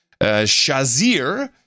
Shazir